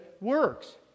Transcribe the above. works